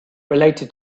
related